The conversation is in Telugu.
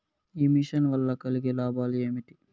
ఈ మిషన్ వల్ల కలిగే లాభాలు ఏమిటి?